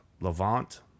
Levant